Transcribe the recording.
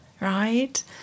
Right